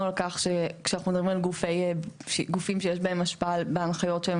על כך שכשאנחנו מדברים על גופים שיש בהם השפעה בהנחיות שלהם